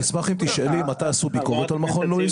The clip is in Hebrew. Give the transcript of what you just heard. אני אשמח אם תשאלי מתי עשו ביקורת על מכון לואיס.